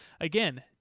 Again